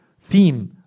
theme